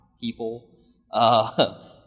people